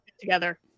together